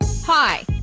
Hi